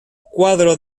cuadro